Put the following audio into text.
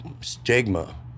stigma